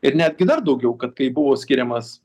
ir netgi dar daugiau kad kai buvo skiriamas